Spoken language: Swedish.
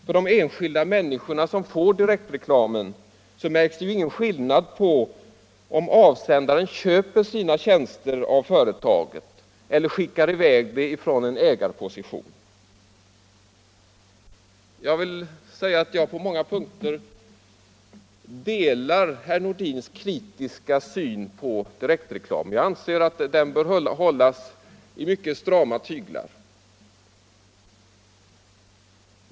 För de enskilda människorna, som får direktreklamen, märks det ingen skillnad mellan om avsändaren köper sina tjänster av företagen eller skickar i väg material från ett företag där han har ägarposition. Jag delar på många punkter herr Nordins kritiska syn på direktreklam. Jag anser att den bör hållas i mycket strama tyglar.